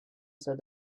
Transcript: said